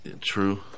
True